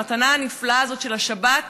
למתנה הנפלאה הזאת של השבת,